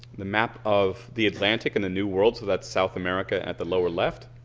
the map of the atlantic and the new world. so that's south america at the lower left.